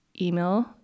email